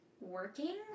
working